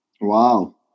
Wow